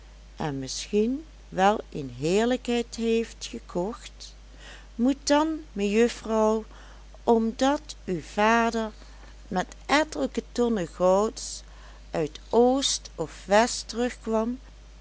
en misschien wel een heerlijkheid heeft gekocht moet dan mejuffrouw omdat uw vader met ettelijke tonnen gouds uit oost of west terugkwam